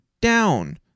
down